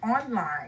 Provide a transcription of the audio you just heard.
online